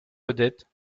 vedettes